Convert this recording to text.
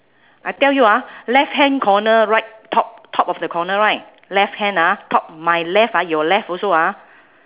I tell you ah left hand corner right top top of the corner right left hand ah top my left ah your left also ah